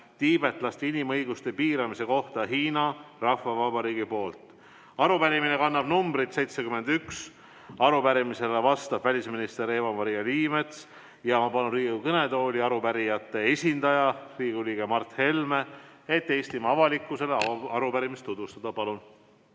tiibetlaste inimõiguste piiramise kohta Hiina Rahvavabariigi poolt. Arupärimine kannab numbrit 71 ja arupärimisele vastab välisminister Eva-Maria Liimets. Ma palun Riigikogu kõnetooli arupärijate esindaja, Riigikogu liikme Mart Helme, et Eestimaa avalikkusele arupärimist tutvustada. Palun!